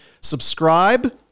Subscribe